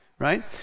Right